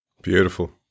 Beautiful